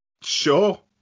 sure